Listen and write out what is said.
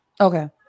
Okay